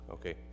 Okay